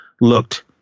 looked